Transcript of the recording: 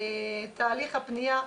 תהליך הפנייה.